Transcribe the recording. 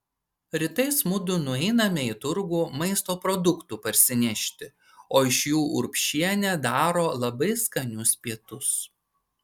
rytais mudu nueiname į turgų maisto produktų parsinešti o iš jų urbšienė daro labai skanius pietus